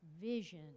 vision